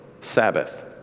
Sabbath